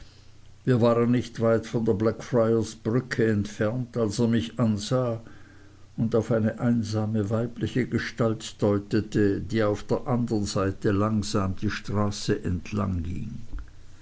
wir waren nicht weit von der blackfriars brücke entfernt als er mich ansah und auf eine einsame weibliche gestalt deutete die auf der andern seite langsam die straße entlang